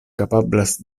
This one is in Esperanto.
kapablas